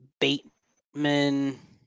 Bateman